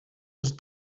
was